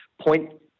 point